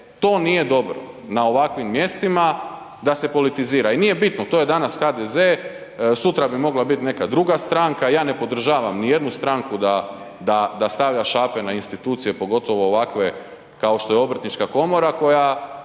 to nije dobro na ovakvim mjestima da se politizira i nije bitno, to je danas HDZ, sutra bi mogla biti neka druga stranka, ja ne podržavam nijednu stranku da stavlja šape na institucije pogotovo ovakve kao što je Obrtnička komora čiji